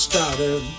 Started